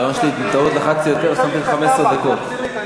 בטעות לחצתי יותר, עשיתי 15 דקות.